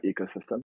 ecosystem